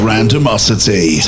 Randomosity